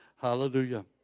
Hallelujah